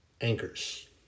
anchors